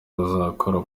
bazakora